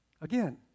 Again